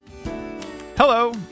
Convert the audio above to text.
Hello